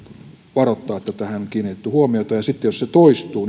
varoittaa että tähän on kiinnitetty huomiota ja sitten jos se toistuu